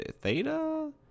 Theta